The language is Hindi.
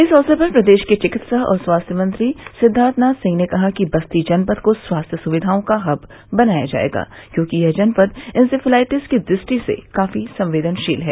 इस अवसर पर प्रदेश के चिकित्सा और स्वास्थ्य मंत्री सिद्वार्थनाथ सिंह ने कहा कि बस्ती जनपद को स्वास्थ्य सुविघाओं का हब बनाया जायेगा क्योंकि यह जनपद इंसेफ्लाइटिस की दृष्टि से काफी संवेदनशील है